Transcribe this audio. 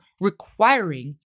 requiring